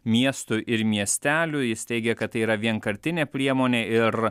miestų ir miestelių jis teigė kad tai yra vienkartinė priemonė ir